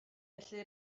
felly